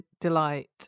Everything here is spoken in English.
delight